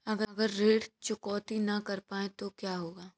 अगर ऋण चुकौती न कर पाए तो क्या होगा?